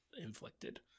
inflicted